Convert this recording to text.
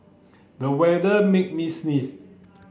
the weather make me sneeze